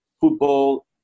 football